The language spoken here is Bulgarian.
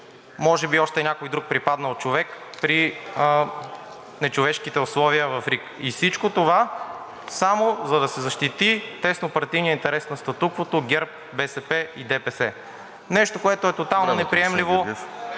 може би още някой друг припаднал човек при нечовешките условия в РИК. И всичко това само за да се защити тяснопартийният интерес на статуквото ГЕРБ, БСП и ДПС. ПРЕДСЕДАТЕЛ РОСЕН ЖЕЛЯЗКОВ: